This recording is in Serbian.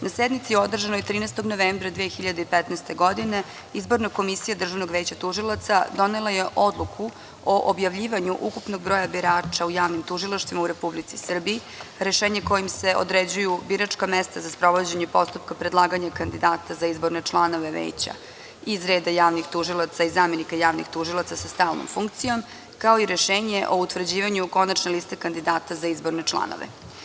Na sednici održanoj 13. novembra 2015. godine izborna komisija Državnog veća tužilaca donela je odluku o objavljivanju ukupnog broja birača u javnim tužilaštvima u Republici Srbiji, rešenje kojim se određuju biračka mesta za sprovođenje postupaka predlaganja kandidata za izborne članove Veća iz reda javnih tužilaca i zamenika javnih tužilaca sa stalnom funkcijom, kao i rešenje o utvrđivanju konačne liste kandidata za izborne članove.